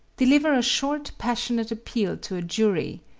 deliver a short, passionate appeal to a jury,